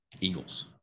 eagles